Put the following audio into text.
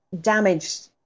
damaged